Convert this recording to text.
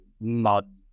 mud